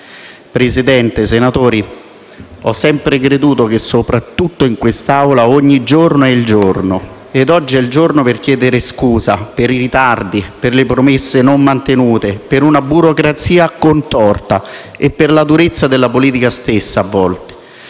Presidente, onorevoli senatori, ho sempre creduto che, soprattutto in quest'Aula, ogni giorno è il giorno, ed oggi è il giorno per chiedere scusa per i ritardi, per le promesse non mantenute, per una burocrazia contorta e per la durezza della politica stessa, a volte.